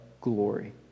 glory